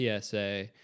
PSA